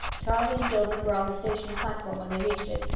charlie and gilbert were on the station platform when they reached it,